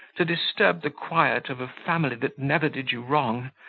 to disturb the quiet of a family that never did you wrong,